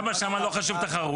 למה שם לא חשוב תחרות?